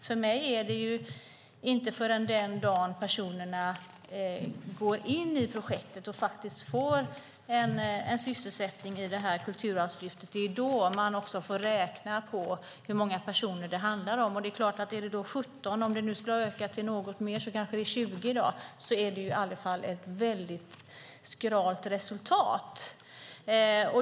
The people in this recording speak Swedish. För mig är det inte förrän den dagen personerna går in i projektet och får en sysselsättning i Kulturarvslyftet som man får räkna på hur många personer det handlar om. Om det var 17 kanske det har ökat något mer och i dag är 20. Det är i varje fall ett väldigt skralt resultat.